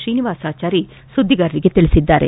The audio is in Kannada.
ಶ್ರೀನಿವಾಸಾಚಾರಿ ಸುದ್ದಿಗಾರರಿಗೆ ತಿಳಿಸಿದರು